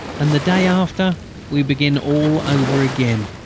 and the day after we begin all over again.